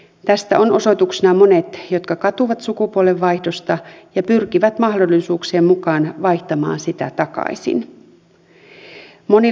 tästä on osoituksena monet jotka katuvat sukupuolenvaihdosta ja pyrkivät mahdollisuuksien mukaan vaihtamaan sitä takaisin